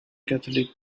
catholic